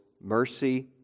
mercy